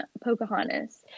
Pocahontas